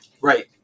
Right